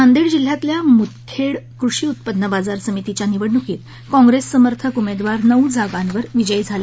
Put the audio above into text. नांदेड जिल्ह्यातल्या मुदखेड कृषी उत्पन्न बाजार समितीच्या निवडणुकीत काँप्रेस समर्थक उमेदवार नऊ जागांवर विजयी झाले